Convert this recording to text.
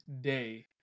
day